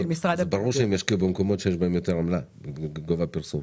אז זה ברור שהם ישקיעו במקומות שיש בהם יותר עמלה מבחינת גובה הפרסום.